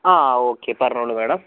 ആ ഓക്കെ പറഞ്ഞോളൂ മാഡം